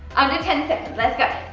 under ten seconds. let's go!